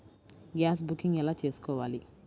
Gas booking ఎలా చేసుకోవాలి?